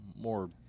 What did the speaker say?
more